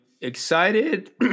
excited